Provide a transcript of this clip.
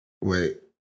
Wait